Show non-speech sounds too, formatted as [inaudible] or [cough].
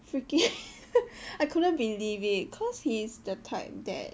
freaky [laughs] I couldn't believe it cause he's the type that